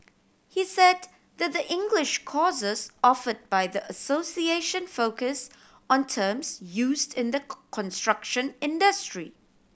he said that the English courses offered by the association focus on terms used in the construction industry